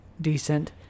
decent